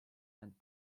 and